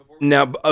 Now